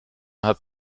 hat